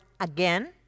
again